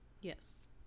Yes